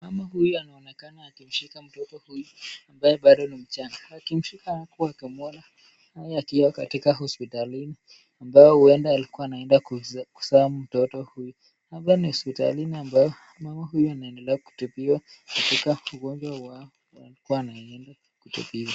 Mama huyu anaonekana akimshika mtoto huyu ambaye bado ni mchanga. Akimshika anakuwa akimuona akiwa katika hospitalini ambayo huenda alikuwa anaenda kuzaa mtoto huyu. Hapa ni hospitalini ambayo mama huyu anaendelea kutibiwa katika ugonjwa alikuwa anaenda kutibiwa.